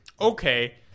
okay